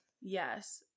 Yes